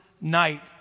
night